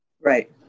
Right